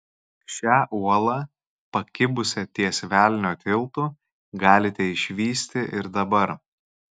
šią uolą pakibusią ties velnio tiltu galite išvysti ir dabar